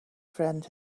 friend